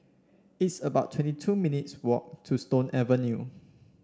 it's about twenty two minutes walk to Stone Avenue